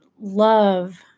love